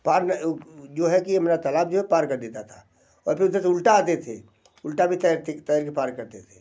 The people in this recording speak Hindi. पार मैं जो है कि ये मेरा तालाब जो है पार कर देता था और फिर उधर से उल्टा आते थे उल्टा भी तैरते तैर के पार करते थे